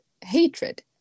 hatred